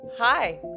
Hi